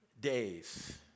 days